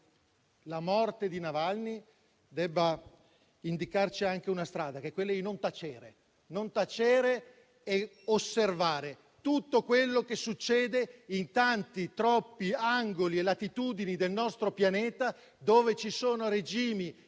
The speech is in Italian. la morte di Navalny deve indicarci anche la strada, che è quella di non tacere e osservare tutto quello che succede in tanti, troppi angoli e latitudini del nostro pianeta, dove ci sono regimi